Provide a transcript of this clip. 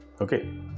okay